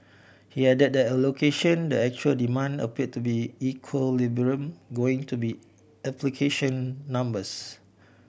he added that the allocation the actual demand appear to be equilibrium going to be application numbers